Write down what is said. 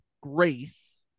Grace